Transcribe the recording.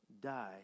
die